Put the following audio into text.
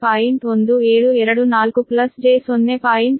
1724 j0